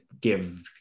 give